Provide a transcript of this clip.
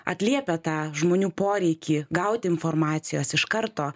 atliepia tą žmonių poreikį gauti informacijos iš karto